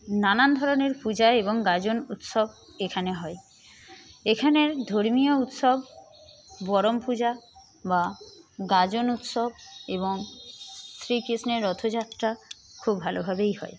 নানান ধরনের পূজা এবং গাজন উৎসব এখানে হয় এখানের ধর্মীয় উৎসব বরম পূজা বা গাজন উৎসব এবং শ্রী কৃষ্ণের রথযাত্রা খুব ভালোভাবেই হয়